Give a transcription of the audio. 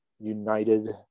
united